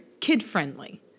kid-friendly